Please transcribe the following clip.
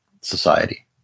society